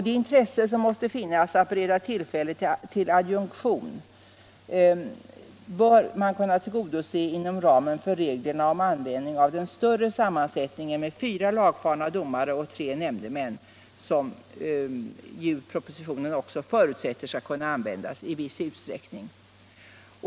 Det intresse som måste finnas att bereda tillfälle till adjunktion bör man kunna tillgodose inom ramen för reglerna om användning av den större sammansättningen med fyra lagfarna domare och tre nämndemän, som propositionen också förutsätter skall kunna användas i viss utsträckning.